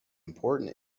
important